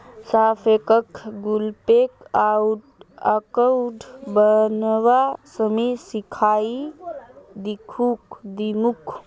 सार्थकक Google Pay account बनव्वा हामी सीखइ दीमकु